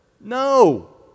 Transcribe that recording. No